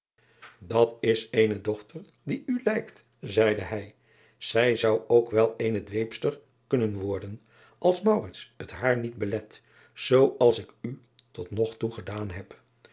at is eene dochter die u lijkt zeide hij zij zou ook wel eene dweepster kunnen worden als het haar niet belet zoo als ik u tot nog toe gedaan heb